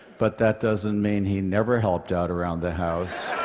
but that doesn't mean he never helped out around the house.